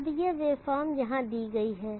अब यह वेवफॉर्म यहाँ दी गई है